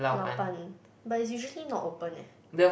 Lao-Ban but it's usually not open eh